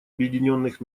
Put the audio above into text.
объединенных